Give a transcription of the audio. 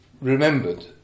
remembered